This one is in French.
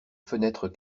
fenêtres